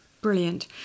Brilliant